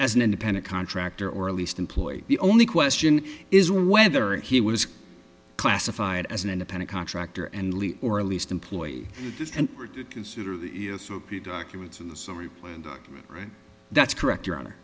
as an independent contractor or at least employed the only question is whether he was classified as an independent contractor and leave or at least employed and considered that's correct your honor